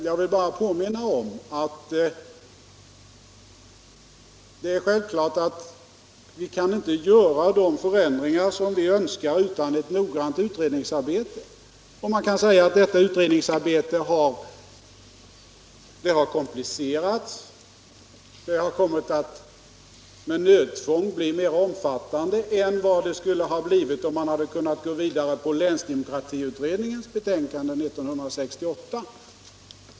Jag vill bara påminna om att det är självklart att vi inte kan göra de förändringar som vi önskar utan ett noggrant utredningsarbete. Man kan säga att utredningsarbetet har komplicerats; det har ju med nödtvång kommit att bli mera omfattande än det skulle ha blivit, om man hade kunnat gå vidare på länsdemokratiutredningens betänkande 1968.